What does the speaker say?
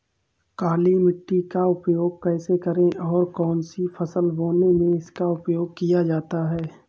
काली मिट्टी का उपयोग कैसे करें और कौन सी फसल बोने में इसका उपयोग किया जाता है?